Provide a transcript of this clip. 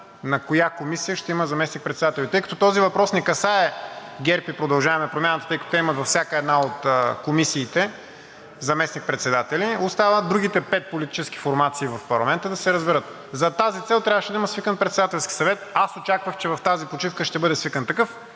на коя комисия ще има заместник-председател. Тъй като този въпрос не касае ГЕРБ и „Продължаваме Промяната“, тъй като те имат във всяка една от комисиите заместник-председатели, остават другите пет политически формации в парламента да се разберат. За тази цел трябваше да има свикан Председателски съвет. Аз очаквах, че в тази почивка ще бъде свикан такъв